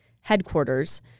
headquarters